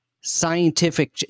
scientific